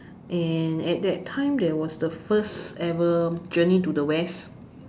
and at that time there was the first ever journey to the west